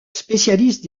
spécialiste